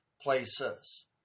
places